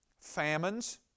famines